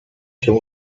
się